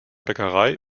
bäckerei